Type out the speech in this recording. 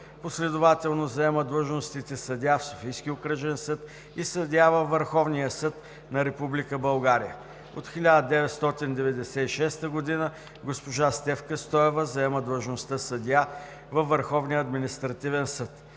Последователно заема длъжностите „съдия“ в Софийския окръжен съд и „съдия“ във Върховния съд на Република България. От 1996 г. госпожа Стефка Стоева заема длъжността „съдия“ във Върховния административен съд.